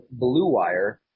BLUEWIRE